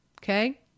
Okay